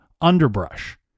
underbrush